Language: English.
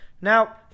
Now